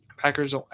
Packers